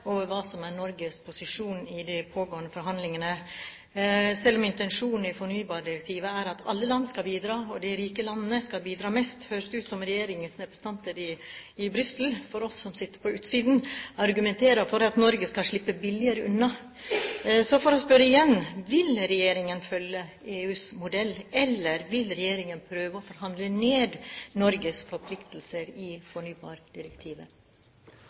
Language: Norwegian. hva som er Norges posisjon i de pågående forhandlingene. Selv om intensjonen i fornybardirektivet er at alle land skal bidra – og de rike landene skal bidra mest – høres det for oss som sitter på utsiden, ut som om regjeringens representanter i Brussel argumenterer for at Norge skal slippe billigere unna. Så for å spørre igjen: Vil regjeringen følge EUs modell, eller vil regjeringen prøve å forhandle ned Norges forpliktelser i fornybardirektivet?